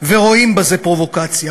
ורואים בזה פרובוקציה.